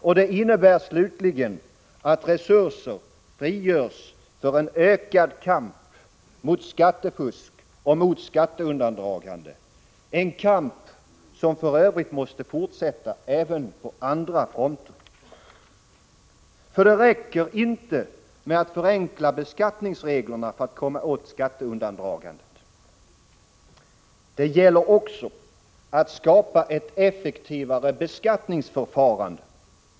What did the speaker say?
Och det innebär slutligen att resurser frigörs för en ökad kamp mot skattefusk och skatteundandragande — en kamp som för övrigt måste fortsätta även på andra fronter. Det räcker nämligen inte med att förenkla beskattningsreglerna för att komma åt skatteundandragandet. Det gäller också att skapa ett effektivare beskattningsförfarande.